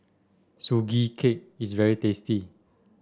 Sugee Cake is very tasty